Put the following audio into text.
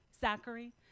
Zachary